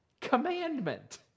commandment